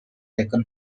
taken